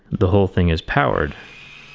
the whole thing is powered,